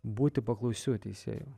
būti paklausiu teisėju